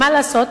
מה לעשות?